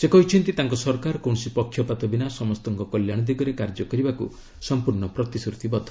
ସେ କହିଛନ୍ତି ତାଙ୍କ ସରକାର କୌଣସି ପକ୍ଷପାତ ବିନା ସମସ୍ତଙ୍କ କଲ୍ୟାଣ ଦିଗରେ କାର୍ଯ୍ୟ କରିବାକୁ ସମ୍ପର୍ଶ୍ଣ ପ୍ରତିଶ୍ରୁତିବଦ୍ଧ